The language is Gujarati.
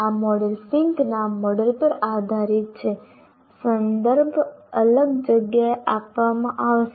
આ મોડેલ ફિંકના મોડેલ પર આધારિત છે સંદર્ભ અલગ જગ્યાએ આપવામાં આવશે